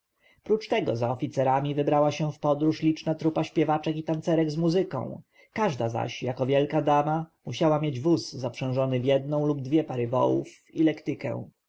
prócz tego za oficerami wybrała się w podróż liczna trupa śpiewaczek i tancerek z muzyką każda zaś jako wielka dama musiała mieć wóz zaprzężony w jedną lub dwie pary wołów i lektykę